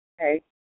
okay